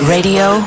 Radio